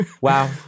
Wow